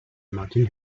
martin